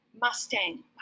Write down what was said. Mustang